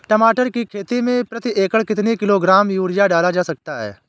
टमाटर की खेती में प्रति एकड़ कितनी किलो ग्राम यूरिया डाला जा सकता है?